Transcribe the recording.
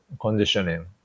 conditioning